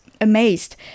amazed